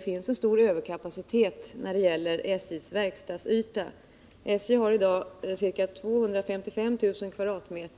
finns det en stor överkapacitet i fråga om SJ:s verkstadsyta. SJ har i dag ca 255 000 m?